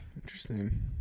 Interesting